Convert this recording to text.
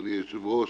אדוני היושב-ראש,